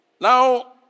Now